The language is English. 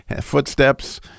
Footsteps